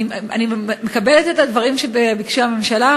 אני מקבלת את הדברים שביקשה הממשלה,